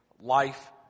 life